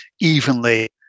evenly